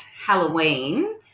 Halloween